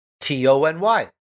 T-O-N-Y